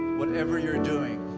whatever you're doing.